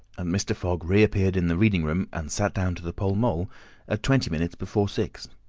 and mr. fogg re-appeared in the reading-room and sat down to the pall mall at twenty minutes before six.